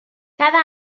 cada